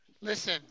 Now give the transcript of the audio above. Listen